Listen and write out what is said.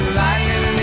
lightning